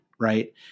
Right